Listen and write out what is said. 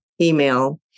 email